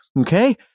Okay